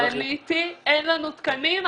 פניתי, "אין לנו תקנים".